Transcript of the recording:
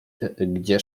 gdzie